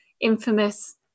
infamous